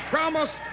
Promise